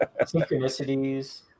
Synchronicities